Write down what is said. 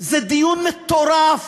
זה דיון מטורף.